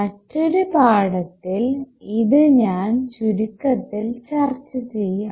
മറ്റൊരു പാഠത്തിൽ ഇത് ഞാൻ ചുരുക്കത്തിൽ ചർച്ച ചെയ്യാം